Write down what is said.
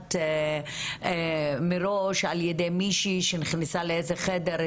שמונחת מראש על ידי מישהי שנכנסה לאיזה חדר,